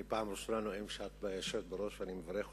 אני פעם ראשונה נואם כשאת יושבת בראש ואני מברך אותך.